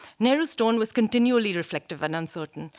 nehru's stone was continually reflective and uncertain.